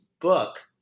book